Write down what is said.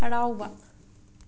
ꯍꯔꯥꯎꯕ